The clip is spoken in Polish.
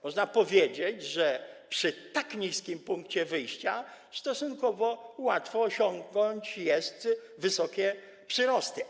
Można powiedzieć, że przy tak niskim punkcie wyjścia stosunkowo łatwo jest osiągnąć wysokie przyrosty.